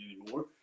anymore